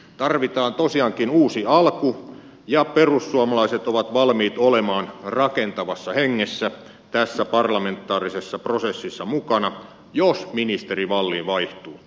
tarvitaan tosiaankin uusi alku ja perussuomalaiset ovat valmiit olemaan rakentavassa hengessä tässä parlamentaarisessa prosessissa mukana jos ministeri wallin vaihtuu